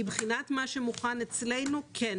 מבחינת מה שמוכן אצלנו כן.